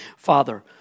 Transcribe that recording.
Father